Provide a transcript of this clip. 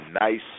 nice